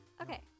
Okay